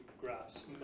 graphs